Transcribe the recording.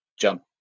jump